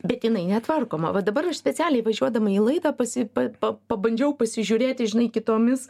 bet jinai netvarkoma va dabar aš specialiai važiuodama į laidą pasi pa pa pabandžiau pasižiūrėti žinai kitomis